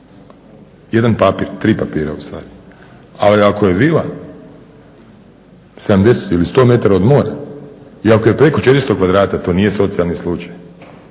jedan papir, tri papira ustvari. Ali ako je vila 70 ili 100 metara od mora i ako je preko 400 kvadrata, to nije socijalni slučaj.